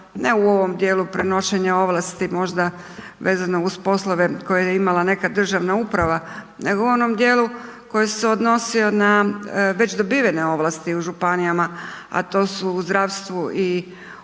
ne u ovom dijelu prenošenja ovlasti možda vezano uz poslove koja je imala nekad državna uprava, nego u onom dijelu koji se odnosio na već dobivene ovlasti u županijama, a to su u zdravstvu i